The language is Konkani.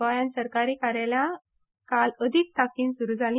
गोंयांत सरकारी कार्यालयां काल अदीक तांकीन सुरू जाली